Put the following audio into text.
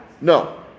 No